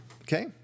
okay